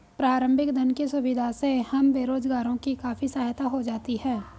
प्रारंभिक धन की सुविधा से हम बेरोजगारों की काफी सहायता हो जाती है